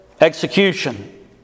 Execution